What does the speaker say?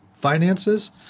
finances